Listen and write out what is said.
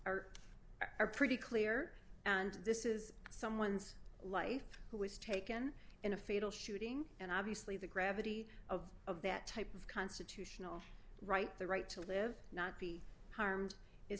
are are pretty clear and this is someone's life who was taken in a fatal shooting and obviously the gravity of of that type of constitutional right the right to live not be harmed is